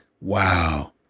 wow